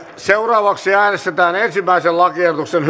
seuraavaksi äänestetään ensimmäisen lakiehdotuksen